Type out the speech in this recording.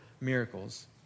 miracles